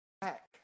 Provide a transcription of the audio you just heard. back